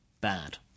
bad